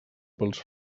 pels